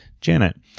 Janet